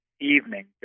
evening